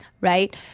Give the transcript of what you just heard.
right